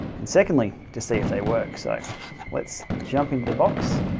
and secondly to see if they work. so let's jump into the box